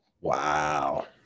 wow